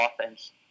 offense